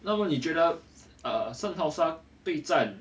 要不然你觉得圣淘沙备战